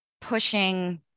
pushing